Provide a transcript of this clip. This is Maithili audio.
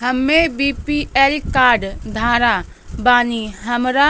हम्मे बी.पी.एल कार्ड धारक बानि हमारा